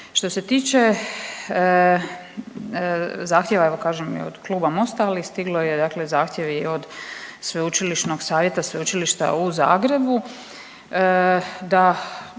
Što se tiče zahtjeva i od kluba Mosta, ali stiglo je zahtjev i od Sveučilišnog savjeta Sveučilišta u Zagrebu da